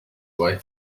way